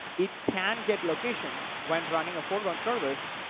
it can get location when running a foreground service,